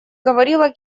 говорила